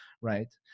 right